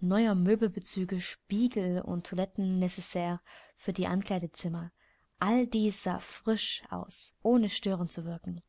neuer möbelbezüge spiegel und toilette necessaire für die ankleidezimmer alles dies sah frisch aus ohne störend zu wirken